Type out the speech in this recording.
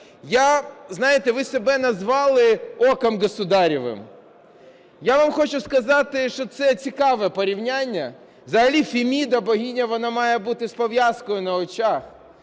Знаєте, ви себе назвали "оком государевым". Я вам хочу сказати, що це цікаве порівняння. Взагалі Феміда, богиня, вона має бути з пов'язкою на очах.